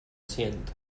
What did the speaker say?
siento